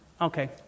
okay